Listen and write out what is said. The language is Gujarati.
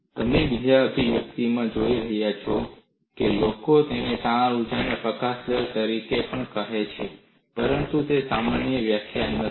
તમે બીજા અભિવ્યક્તિને જોઈને જાણો છો લોકો તેને તાણ ઊર્જા પ્રકાશન દર તરીકે પણ કહે છે પરંતુ તે સામાન્ય વ્યાખ્યા નથી